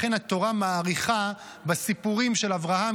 לכן התורה מאריכה בסיפורים של אברהם,